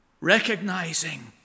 recognizing